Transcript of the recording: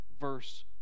verse